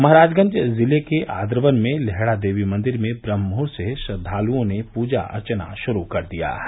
महराजगंज जिले के आद्रवन में लेहड़ा देवी मंदिर में ब्रह्मुहूर्त से ही श्रद्वालुओं ने पूजा अर्चना शुरू कर दिया है